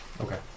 Okay